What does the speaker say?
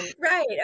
Right